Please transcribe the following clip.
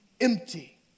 empty